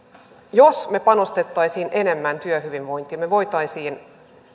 jos me panostaisimme enemmän työhyvinvointiin me voisimme